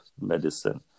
medicine